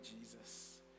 Jesus